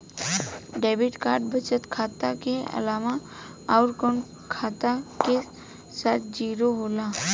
Debit card बचत खाता के अलावा अउरकवन खाता के साथ जारी होला?